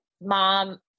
Mom